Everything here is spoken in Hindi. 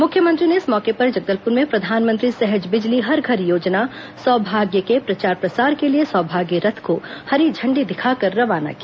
मुख्यमंत्री ने इस मौके पर जगदलपुर में प्रधानमंत्री सहज बिजली हर घर योजना सौभाग्य के प्रचार प्रसार के लिए सौभाग्य रथ को हरी झंडी दिखाकर रवाना किया